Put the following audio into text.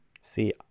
See